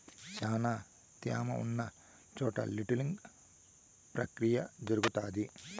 శ్యానా త్యామ ఉన్న చోట విల్టింగ్ ప్రక్రియ జరుగుతాది